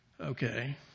okay